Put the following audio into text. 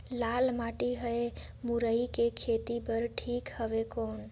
लाल माटी हवे मुरई के खेती बार ठीक हवे कौन?